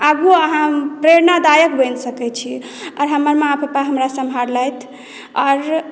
आगूओ अहाँ प्रेरणादायक बनि सकैत छी आओर हमर माँ पापा हमरा सम्हारलथि आओर